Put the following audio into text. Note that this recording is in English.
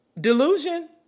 delusion